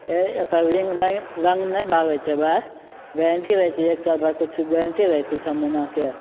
एकर रिङ्ग नहि रङ्ग नहि भागै छै भाइ गारण्टी रहै छै एक सालभरि किछु गारण्टी रहै छै छओ महिनाके